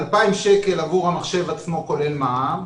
2,000 שקלים עבור המחשב עצמו כולל מע"מ,